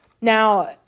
Now